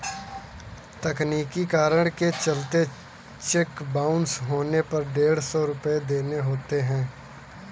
तकनीकी कारण के चलते चेक बाउंस होने पर डेढ़ सौ रुपये देने होते हैं